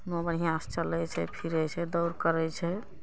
अपनो बढ़िआँ से चलै छै फिरै छै दौड़ करै छै